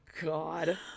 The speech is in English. God